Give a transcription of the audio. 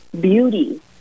beauty